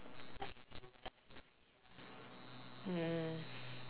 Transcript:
mm